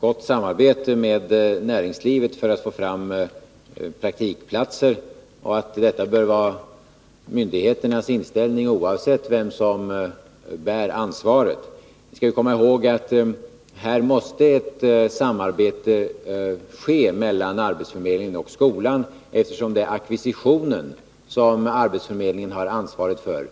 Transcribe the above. gott samarbete med näringslivet för att få fram praktikplatser och att detta bör vara myndigheternas inställning oavsett vem som bär ansvaret. Vi skall komma ihåg att det här måste ske ett samarbete mellan arbetsförmedlingen och skolan, eftersom det bara är ackvisitionen som arbetsförmedlingen har ansvaret för.